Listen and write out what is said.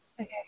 okay